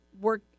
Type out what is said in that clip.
Work